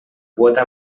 quota